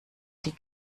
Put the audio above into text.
die